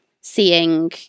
seeing